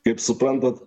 kaip suprantat